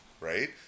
Right